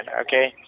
Okay